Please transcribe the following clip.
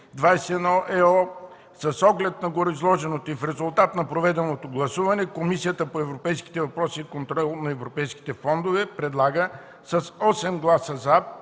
2006/21/ЕО. С оглед на гореизложеното и в резултат на проведеното гласуване Комисията по европейските въпроси и контрол на европейските фондове с 8 гласа „за”